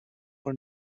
for